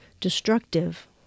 destructive